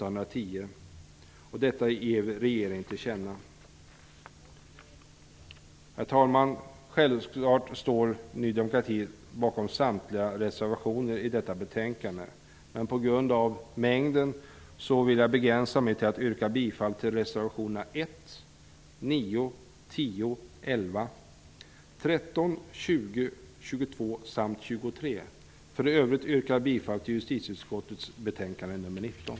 Herr talman! Självklart står Ny demokrati bakom samtliga reservationer till detta betänkande. Men på grund av mängden vill jag begränsa mig till att yrka bifall till reservationerna 1, 9, 10, 11, 13, 20, 22 samt 23. För övrigt yrkar jag bifall till hemställan i justitieutskottets betänkande nr 19.